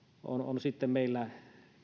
on on sitten meillä